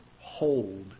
hold